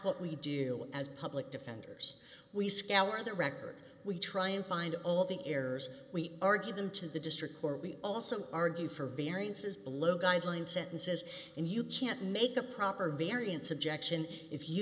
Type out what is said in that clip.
what we do as public defenders we scour the record we try and find all the errors we argue them to the district court we also argue for variances below guideline sentences and you can't make a proper variance objection if you